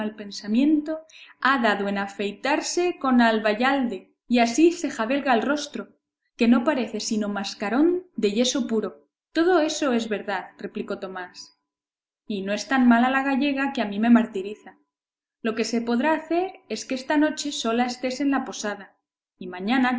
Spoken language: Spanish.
pensamiento ha dado en afeitarse con albayalde y así se jalbega el rostro que no parece sino mascarón de yeso puro todo eso es verdad replicó tomás y no es tan mala la gallega que a mí me martiriza lo que se podrá hacer es que esta noche sola estés en la posada y mañana